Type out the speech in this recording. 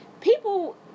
people